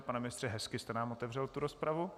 Pane ministře, hezky jste nám otevřel tu rozpravu.